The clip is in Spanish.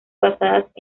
basadas